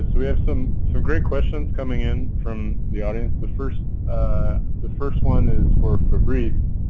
we have some so great questions coming in from the audience. the first ah the first one is for fabrice.